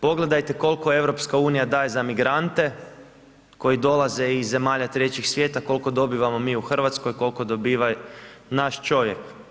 Pogledajte koliko EU daje za migrante koji dolaze iz zemalja trećeg svijeta koliko dobivamo mi u Hrvatskoj, koliko dobiva naš čovjek.